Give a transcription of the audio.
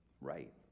right